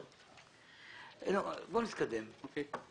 בואו נתקדם.